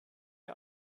der